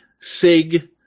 Sig